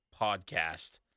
Podcast